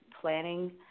planning